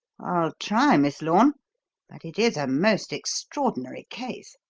i'll try, miss lorne but it is a most extraordinary case.